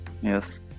yes